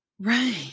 Right